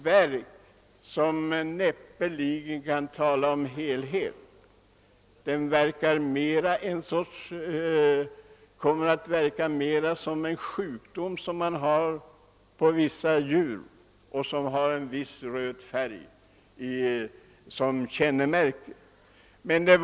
Det kan näppeligen bli fråga om något helgjutet verk. Resultatet kommer snarare att påminna om följderna av någon hudsjukdom.